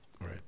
right